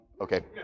Okay